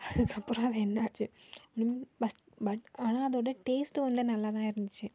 அதுக்கப்புறம் அது என்னாச்சு ம் ஃபஸ்ட் பட் ஆனால் அதோடய டேஸ்ட் வந்து நல்லா தான் இருந்துச்சு